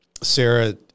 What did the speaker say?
Sarah